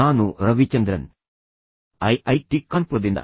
ನಾನು ರವಿಚಂದ್ರನ್ಕಾ ಐಐಟಿ ಕಾನ್ಪುರದಿಂದ